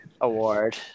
award